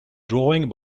drawing